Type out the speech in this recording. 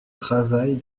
travail